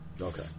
Okay